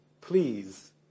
please